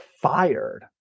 fired